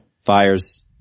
Fires